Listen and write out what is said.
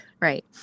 Right